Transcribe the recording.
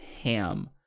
ham